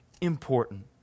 important